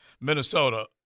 Minnesota